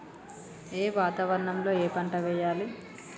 ఏ వాతావరణం లో ఏ పంట వెయ్యాలి?